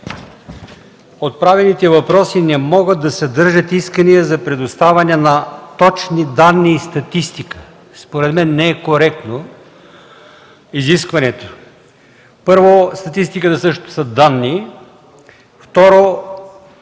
„Отправените въпроси не могат да съдържат искания за предоставяне на точни данни и статистика”. Според мен изискването не е коректно. Първо, статистиката също е данни. Второ,